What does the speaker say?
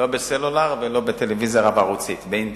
לא בסלולר, ולא בטלוויזיה רב-ערוצית, באינטרנט.